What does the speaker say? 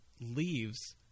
leaves